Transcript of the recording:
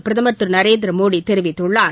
பிரதமர் திரு நரேந்திரமோடி தெரிவித்துள்ளார்